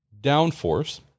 downforce